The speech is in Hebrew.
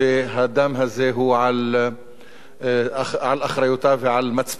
והדם הזה הוא על אחריותה ועל מצפונה,